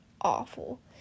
awful